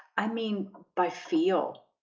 i mean by feel